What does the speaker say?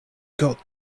got